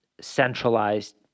centralized